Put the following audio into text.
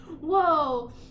Whoa